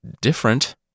different